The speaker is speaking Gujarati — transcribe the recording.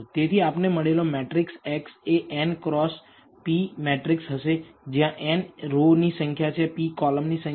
તેથી આપને મળેલો મેટ્રિકસ x એ n ક્રોસ p મેટ્રિકસ હશે જ્યાં n રો ની સંખ્યા p કોલમ ની સંખ્યા